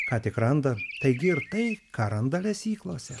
ką tik randa taigi ir tai ką randa lesyklose